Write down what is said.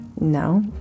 No